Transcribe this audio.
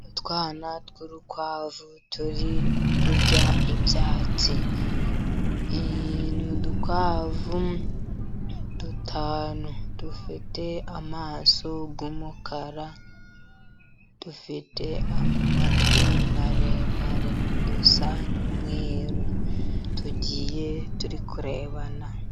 Utwana tw'urukwavu turi kurya ibyatsi. Ni udukwavu dutanu dufite amaso y 'umukara, dufite amatwi maremare, dusa n'umweru, tugiye turi kurebana.